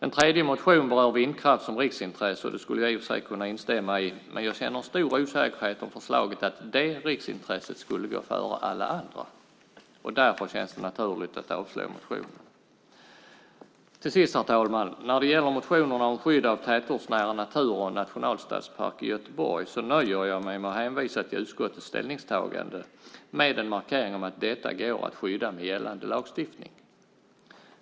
En tredje motion berör vindkraft som riksintresse, och det skulle jag i och för sig kunna instämma i, men jag känner en stor osäkerhet om förslaget att det riksintresset skulle gå före alla andra. Det känns därför naturligt att avstyrka motionen. Herr talman! När det gäller motionerna om skydd av tätortsnära natur och en nationalstadspark i Göteborg nöjer jag mig med att hänvisa till utskottets ställningstagande med en markering om att detta går att skydda med gällande lagstiftning.